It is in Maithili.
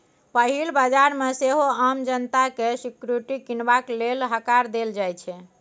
पहिल बजार मे सेहो आम जनता केँ सिक्युरिटी कीनबाक लेल हकार देल जाइ छै